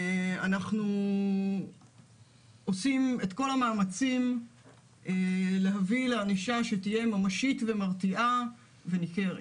אנחנו עושים את כל המאמצים להביא לענישה שתהיה ממשית ומרתיעה וניכרת.